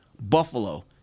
Buffalo